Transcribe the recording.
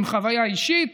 עם חוויה אישית